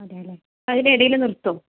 അതെയല്ലേ അതിൽ ഇടയിൽ നിർത്തുമോ